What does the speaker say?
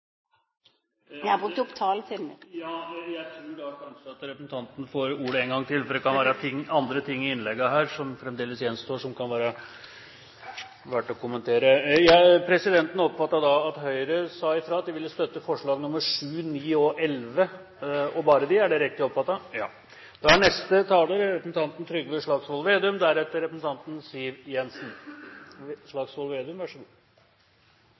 jeg også gi en stemmeforklaring til det forslaget som går på 22. juli. Jeg har brukt opp taletiden. Presidenten tror da at representanten skal få ordet en gang til, for det kan være ting i innleggene som fremdeles gjenstår, som kan være verdt å kommentere. Presidenten oppfattet det da slik at Høyre sa fra at de ville støtte forslagene nr. 7, 9 og 11. Er det riktig oppfattet? – Det er